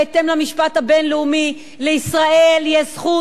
בהתאם למשפט הבין-לאומי: לישראל יש זכות